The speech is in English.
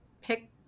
pick